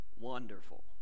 wonderful